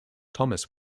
thomas